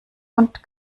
und